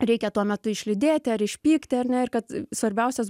reikia tuo metu išliūdėti ar išpykti ar ne ir kad svarbiausias